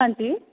ਹਾਂਜੀ